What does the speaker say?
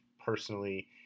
personally